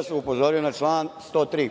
vas upozorio na član 103.